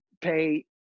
pay